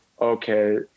okay